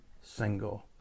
single